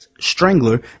Strangler